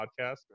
podcast